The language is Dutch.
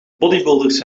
bodybuilders